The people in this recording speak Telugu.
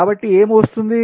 కాబట్టి ఏమి వస్తుంది